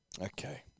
Okay